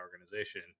organization